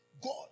God